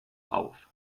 auf